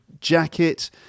jacket